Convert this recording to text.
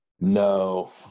no